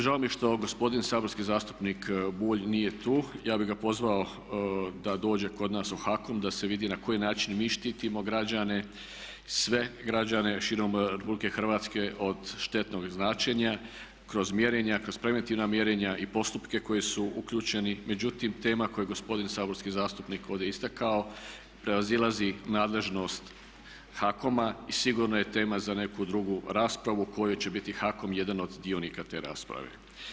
Žao mi je što gospodin saborski zastupnik Bulj nije tu, ja bi ga pozvao da dođe kod nas u HAKOM, da se vidi na koji način mi štitimo građane, sve građane širom RH od štetnog zračenja kroz mjerenja, kroz preventivna mjerenja i postupke koji su uključeni, međutim tema koju je gospodin saborski zastupnik ovdje istakao prevazilazi nadležnost HAKOM-a i sigurno je tema za neku drugu raspravu u kojoj će biti HAKOM jedan od dionika te rasprave.